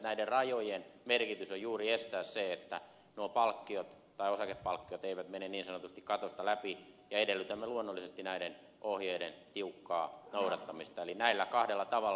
näiden rajojen merkitys on juuri estää se että nuo osakepalkkiot eivät mene niin sanotusti katosta läpi ja edellytämme luonnollisesti näiden ohjeiden tiukkaa noudattamista eli näillä kahdella tavalla